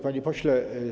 Panie Pośle!